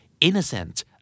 Innocent